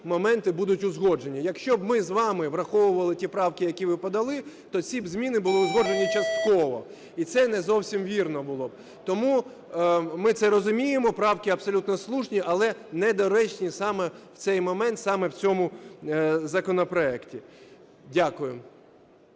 моменти будуть узгоджені. Якщо б ми з вами враховували ті правки, які ви подали, то ці б зміни були узгоджені частково, і це не зовсім вірно було б. Тому ми це розуміємо, правки абсолютно слушні, але недоречні саме в цей момент саме в цьому законопроекті. Дякую.